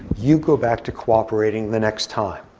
you go back to cooperating the next time.